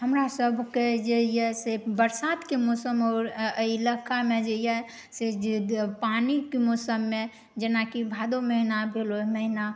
हमरा सबके जे यऽ से बरसातके मौसम आओर एहि इलाकामे जे यऽ से जे पानिके मौसममे जेना कि भादव महीना भेल ओहि महीना